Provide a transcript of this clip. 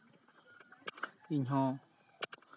ᱤᱧ ᱦᱚᱸ